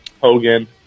Hogan